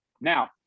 now